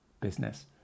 business